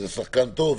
והוא שחקן טוב,